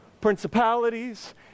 Principalities